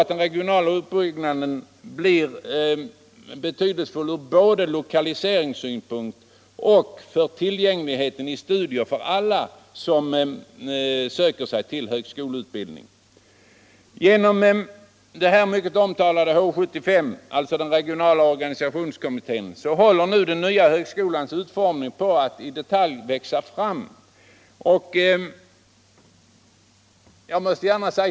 Den regionala utbyggnaden tror jag kommer att bli betydelsefull både från lokaliseringssynpunkt och när det gäller tillgängligheten till studier för alla som söker högskoleutbildning. Genom den mycket omtalade H 75, alltså den regionala organisationskommittén, håller den nya högskolans utformning nu på att i detalj växa fram.